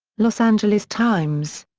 los angeles times.